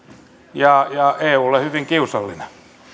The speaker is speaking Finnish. ja ja eulle hyvin kiusallinen